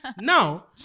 Now